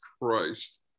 Christ